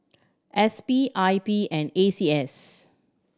S P I P and A C S